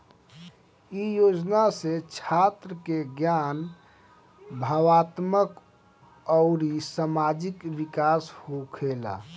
इ योजना से छात्र के ज्ञान, भावात्मक अउरी सामाजिक विकास होखेला